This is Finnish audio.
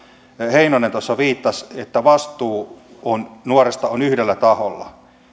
heinonen tuossa viittasi jossa vastuu nuoresta on yhdellä taholla